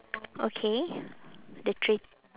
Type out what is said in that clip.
okay the